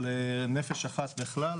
על "נפש אחת" בכלל,